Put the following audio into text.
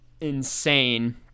insane